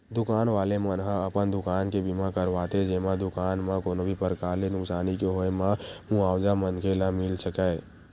दुकान वाले मन ह अपन दुकान के बीमा करवाथे जेमा दुकान म कोनो भी परकार ले नुकसानी के होय म मुवाजा मनखे ल मिले सकय